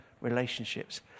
relationships